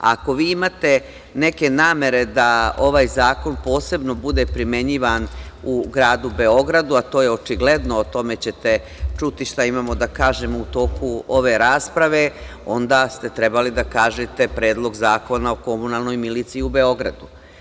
Ako vi imate neke namere da ovaj zakon posebno bude primenjivan u Gradu Beogradu, a to je očigledno, o tome ćete čuti šta imamo da kažemo u toku ove rasprave, onda ste trebali da kažete Predlog zakona o komunalnoj miliciji u Beogradu.